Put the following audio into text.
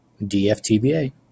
DFTBA